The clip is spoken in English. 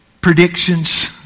predictions